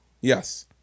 Yes